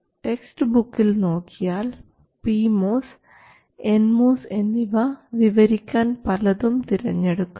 text ബുക്കിൽ നോക്കിയാൽ P MOS N MOS എന്നിവ വിവരിക്കാൻ പലതും തെരഞ്ഞെടുക്കാം